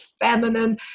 feminine